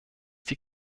die